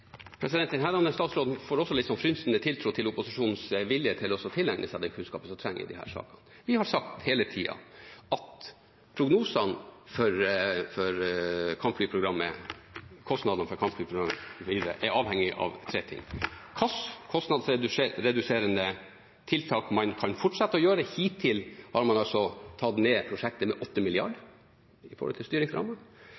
statsråden får også litt frynsete tiltro til opposisjonens vilje til å tilegne seg den kunnskapen som trengs i disse sakene. Vi har sagt hele tiden at kostnadene for kampflyprogrammet er avhengig er tre ting: Hva slags kostnadsreduserende tiltak man kan fortsette å gjøre – hittil har man tatt ned prosjektet med